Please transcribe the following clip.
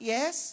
Yes